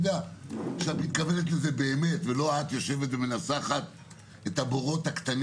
מוסמכת- לא יציג תעודת הכשר או מסמך הנחזה להיות תעודת הכשר או תעודה